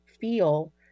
feel